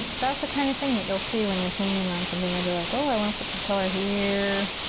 that's the kind of thing that you'll see when you're painting on something. you'll be like, oh, i want to put some color here.